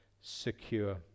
secure